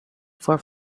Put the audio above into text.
for